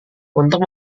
untuk